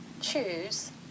choose